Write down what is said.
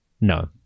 No